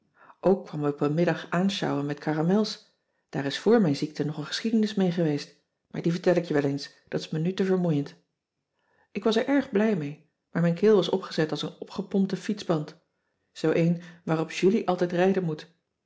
kwam hij op een middag aansjouwen met caramels daar is vor mijn ziekte nog een geschiedenis mee geweest maar die vertel ik je wel eens dat is me nu te vermoeiend ik was er erg blij mee maar mijn keel was opgezet als een opgepompte fietsband zoo een waarop julie altijd rijden moet